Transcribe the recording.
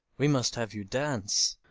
we must have you dance.